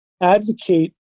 advocate